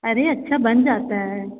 अरे अच्छा बन जाता है